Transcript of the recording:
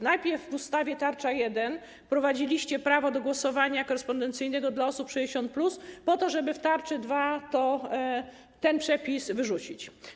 Najpierw w ustawie tarcza 1.0 wprowadziliście prawo do głosowania korespondencyjnego dla osób 60+ po to, żeby w tarczy 2.0 ten przepis wyrzucić.